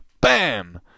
BAM